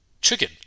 chicken